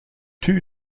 two